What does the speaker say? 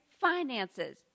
finances